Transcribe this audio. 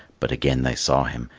but again they saw him,